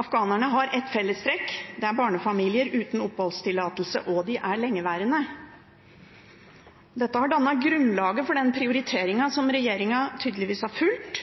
afghanerne har ett fellestrekk: Det er barnefamilier uten oppholdstillatelse, og de er lengeværende. Dette har dannet grunnlaget for den prioriteringen som regjeringen tydeligvis har fulgt.